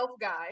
guy